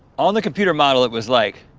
on the computer model it was like